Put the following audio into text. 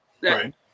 Right